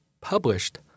published